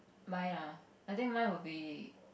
mine ah I think mine will be